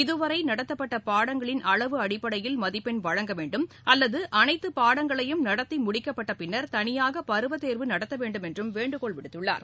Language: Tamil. இதுவரை நடத்தப்பட்ட பாடங்களின் அளவு அடிப்படையில் மதிப்பென் வழங்கவேண்டும் அல்லது அனைத்து பாடங்களையும் நடத்தி முடிக்கப்பட்ட பின்னர் தனியாக பருவத்தேர்வு நடத்தவேண்டும் என்றும் வேண்டுகோள் விடுத்துள்ளார்